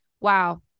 wow